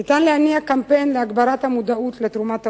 ניתן להניע קמפיין להגברת המודעות לתרומת העולים.